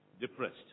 depressed